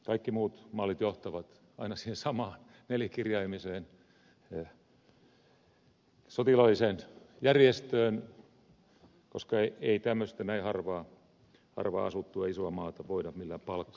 kaikki muut mallit johtavat aina siihen samaan nelikirjaimiseen sotilaalliseen järjestöön koska ei tämmöistä näin harvaanasuttua isoa maata voida millään palkka armeijalla puolustaa